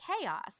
chaos